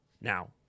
Now